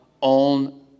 on